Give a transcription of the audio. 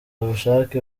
ubushake